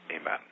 amen